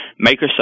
Microsoft